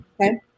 Okay